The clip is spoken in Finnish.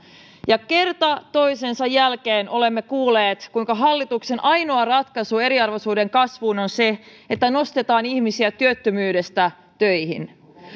ja kerta toisensa jälkeen olemme kuulleet kuinka hallituksen ainoa ratkaisu eriarvoisuuden kasvuun on se että nostetaan ihmisiä työttömyydestä töihin